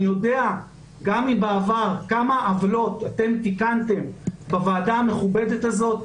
אני יודע גם מן העבר כמה עוולות אתם תיקנתם בוועדה המכובדת הזאת.